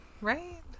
Right